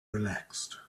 relaxed